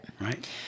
Right